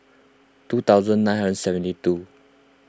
two thousand nine hundred and seventy two